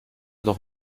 doch